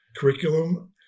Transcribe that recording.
curriculum